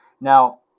Now